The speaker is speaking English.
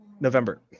November